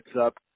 up